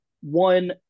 one